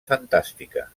fantàstica